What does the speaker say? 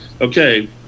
okay